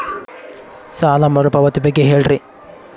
ಸಾಲ ಮರುಪಾವತಿ ಬಗ್ಗೆ ಹೇಳ್ರಿ?